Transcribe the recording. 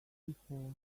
before